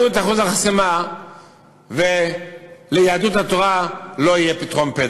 את אחוז החסימה וליהדות התורה לא יהיה פתחון פה.